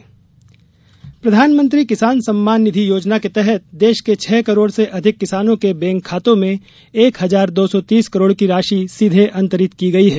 किसान सम्मान निधि प्रधानमंत्री किसान सम्मान निधि योजना के तहत देश के छह करोड़ से अधिक किसानों के बैंक खातों में एक हजार दो सौ तीस करोड़ की राशि सीधे अंतरित की गई है